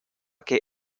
que